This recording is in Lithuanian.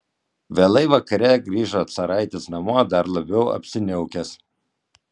vėlai vakare grįžo caraitis namo dar labiau apsiniaukęs